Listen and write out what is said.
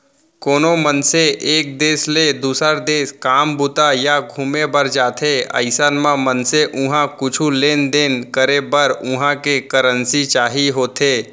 कोनो मनसे एक देस ले दुसर देस काम बूता या घुमे बर जाथे अइसन म मनसे उहाँ कुछु लेन देन करे बर उहां के करेंसी चाही होथे